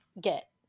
get